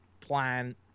plan